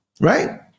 Right